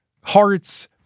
hearts